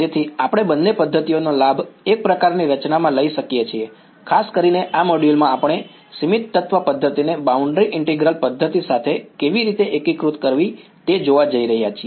તેથી આપણે બંને પદ્ધતિઓનો લાભ એક પ્રકારની રચનામાં લઈ શકીએ છીએ ખાસ કરીને આ મોડ્યુલ માં આપણે સીમિત તત્વ પદ્ધતિને બાઉન્ડ્રી ઈન્ટીગ્રલ પદ્ધતિ સાથે કેવી રીતે એકીકૃત કરવી તે જોવા જઈ રહ્યા છીએ